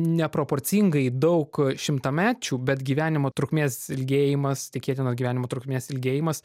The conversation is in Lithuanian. neproporcingai daug šimtamečių bet gyvenimo trukmės ilgėjimas tikėtinos gyvenimo trukmės ilgėjimas